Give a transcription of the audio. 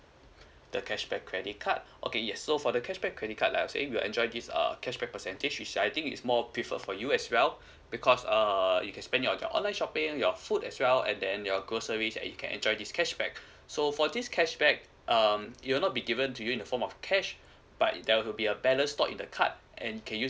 the cashback credit card okay yes so for the cashback credit card like I've said you'll enjoy this err cashback percentage which I think is more preferred for you as well because err you can spend it on your online shopping your food as well and then your groceries and you can enjoy this cashback so for this cashback um you will not be given to you in the form of cash but there will be balance stored in the card and can use